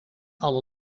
alle